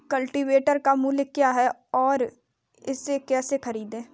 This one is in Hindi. कल्टीवेटर का मूल्य क्या है और इसे कैसे खरीदें?